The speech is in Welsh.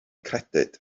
credyd